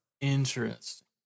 Interesting